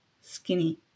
skinny